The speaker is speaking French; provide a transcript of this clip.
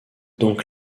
donc